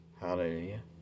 Hallelujah